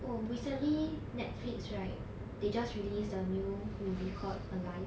oh recently Netflix right they just released a new movie called alive